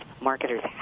marketers